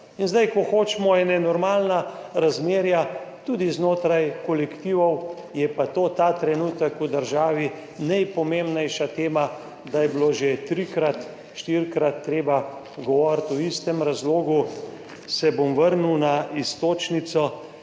In zdaj, ko hočemo normalna razmerja tudi znotraj kolektivov, je pa ta trenutek v državi to najpomembnejša tema, da je bilo že trikrat, štirikrat treba govoriti o istem razlogu. Se bom vrnil na iztočnico,